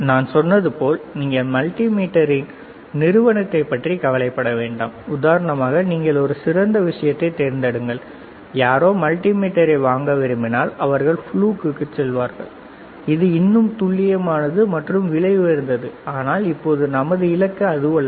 நான் சொன்னது போல் நீங்கள் மல்டி மீட்டரின் நிறுவனத்தைப் பற்றி கவலைப்பட வேண்டாம் உதாரணமாக நீங்கள் ஒரு சிறந்த விஷயத்தைத் தேர்ந்தெடுங்கள் யாரோ மல்டிமீட்டர் வாங்க விரும்பினால் அவர்கள் புளூக்குக்குச் செல்வார்கள் இது இன்னும் துல்லியமானது மற்றும் விலை உயர்ந்தது ஆனால் இப்போது நமது இலக்கு அதுவல்ல